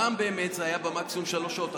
פעם זה באמת היה מקסימום שלוש שעות,